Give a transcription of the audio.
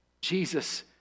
Jesus